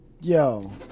Yo